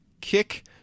kick